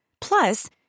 Plus